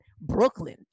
brooklyn